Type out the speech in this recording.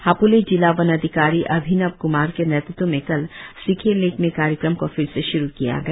हापोली जिला वन अधिकारी अभिनव क्मार के नेतृत्व में कल सिखे लेक में कार्यक्रम को फिर से श्रु किया गया